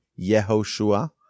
Yehoshua